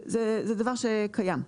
זה דבר שקיים.